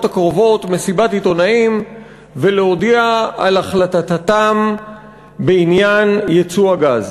הקרובות מסיבת עיתונאים ולהודיע על החלטתם בעניין יצוא הגז.